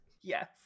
Yes